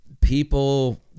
people